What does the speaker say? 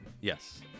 Yes